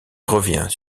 revient